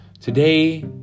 Today